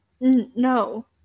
no